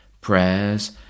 Prayers